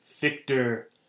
Victor